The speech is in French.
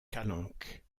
calanques